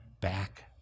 back